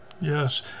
Yes